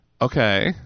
Okay